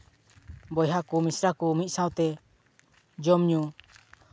ᱵᱚᱭᱦᱟ ᱠᱚ ᱢᱤᱥᱨᱟ ᱠᱚ ᱢᱤᱫ ᱥᱟᱶᱛᱮ ᱡᱚᱢ ᱧᱩ